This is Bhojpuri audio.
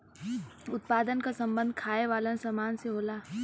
उत्पादन क सम्बन्ध खाये वालन सामान से होला